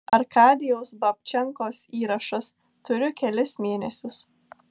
arkadijaus babčenkos įrašas turiu kelis mėnesius